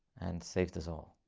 and save this all